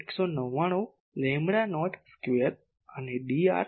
199 lambda naught square અને Dr છું છે જે 1